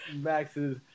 Max's